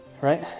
Right